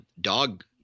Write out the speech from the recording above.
dog